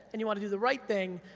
and you wanna do the right thing,